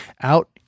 out